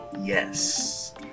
Yes